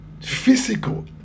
physical